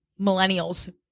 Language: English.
millennials